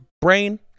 brain